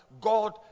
God